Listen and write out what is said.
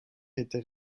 était